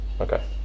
Okay